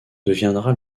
deviendra